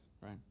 right